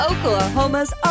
Oklahoma's